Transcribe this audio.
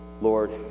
Lord